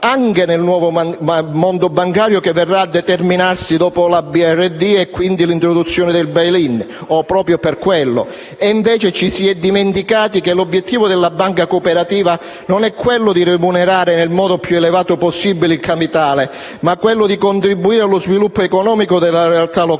anche nel nuovo mondo bancario che verrà a determinarsi dopo la BRRD e, quindi, l'introduzione del *bail in* (o proprio per quello). E invece ci si è dimenticati che l'obiettivo della banca cooperativa non è remunerare nel modo più elevato possibile il capitale, ma contribuire allo sviluppo economico della realtà locale, fatta